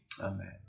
Amen